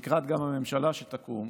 גם לקראת הממשלה שתקום,